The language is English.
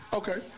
okay